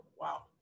Wow